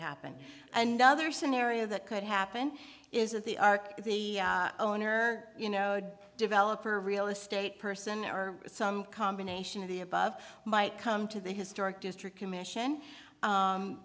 happen and other scenarios that could happen is that the arc is the owner you know a developer a real estate person or some combination of the above might come to the historic district commission